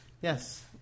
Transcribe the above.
Yes